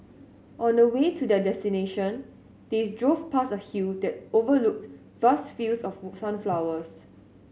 on the way to their destination they drove past a hill that overlooked vast fields of sunflowers